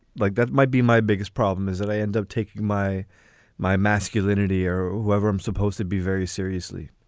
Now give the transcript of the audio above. like that might be my biggest problem is that i end up taking my my masculinity or whoever i'm supposed to be very seriously.